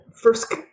first